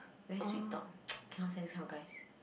very sweet talk cannot stand this kind of guys